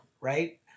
right